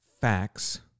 facts